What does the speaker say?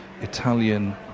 Italian